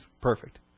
perfect